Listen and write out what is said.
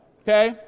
Okay